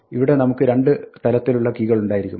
ഇവിടെ നമുക്ക് രണ്ട് തലങ്ങളിലുള്ള കീകളുണ്ടായിരിക്കും